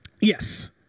Yes